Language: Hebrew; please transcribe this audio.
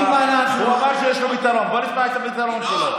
הוא אמר שיש לו פתרון, בואו נשמע את הפתרון שלו.